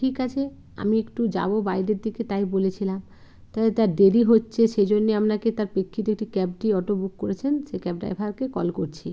ঠিক আছে আমি একটু যাব বাইরের দিকে তাই বলেছিলাম তো তার দেরি হচ্ছে সে জন্য আপনাকে তার প্রেক্ষিতে একটি ক্যাবটি অটো বুক করেছেন সেই ক্যাব ড্রাইভারকে কল করছি